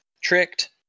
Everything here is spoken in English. tricked